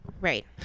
Right